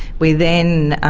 we then,